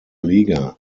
liga